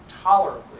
tolerably